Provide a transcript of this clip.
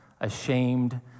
ashamed